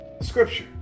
Scripture